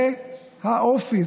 זה האופי,